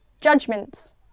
judgments